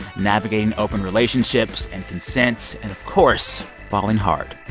navigating open relationships and consents and, of course, falling hard.